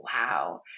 Wow